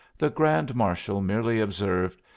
the grand marshal merely observed,